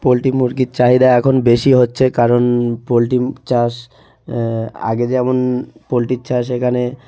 poultry মুরগির চাহিদা এখন বেশি হচ্ছে কারণ পোল্ট্রি চাষ আগে যেমন পোল্টির চাষ এখানে